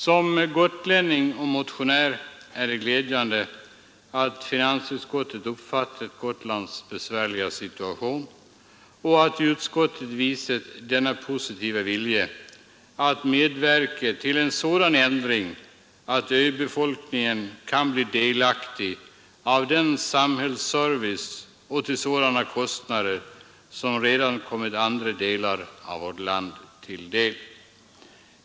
Som gotlänning och motionär finner jag det glädjande att finansutskottet uppfattar Gotlands besvärliga situation och att utskottet visat denna positiva vilja att medverka till en sådan ändring att öbefolkningen kan bli delaktig av en samhällsservice till sådana kostnader, som redan kommit andra delar av vårt land till del.